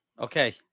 Okay